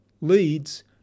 leads